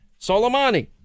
Soleimani